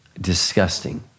disgusting